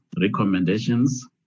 recommendations